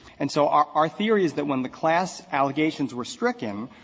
and so our our theory is that when the class allegations were stricken,